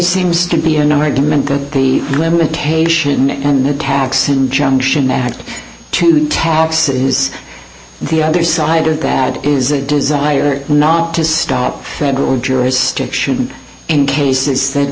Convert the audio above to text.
seems to be an argument that the limitation and the tax injunction act to tax it is the other side of that is a desire not to stop federal jurisdiction in cases